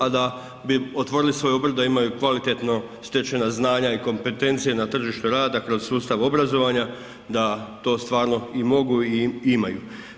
A da bi otvorili svoj obrt da imaju kvalitetno stečena znanja i kompetencije na tržištu rada kroz sustav obrazovanja da to stvarno i mogu i imaju.